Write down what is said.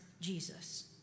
Jesus